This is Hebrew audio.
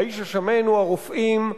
האיש השמן הוא הרופאים,